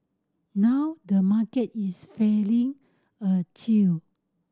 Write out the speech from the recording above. now the market is feeling a chill